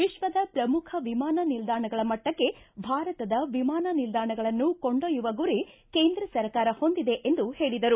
ವಿಶ್ವದ ಶ್ರಮುಖ ವಿಮಾನ ನಿಲ್ದಾಣಗಳ ಪೈಕಿ ಭಾರತದ ವಿಮಾನ ನಿಲ್ದಾಣಗಳನ್ನು ಕೊಂಡೊಯ್ಟುವ ಗುರಿ ಕೇಂದ್ರ ಸರ್ಕಾರ ಹೊಂದಿದೆ ಎಂದು ಹೇಳಿದರು